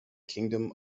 kingdom